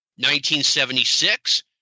1976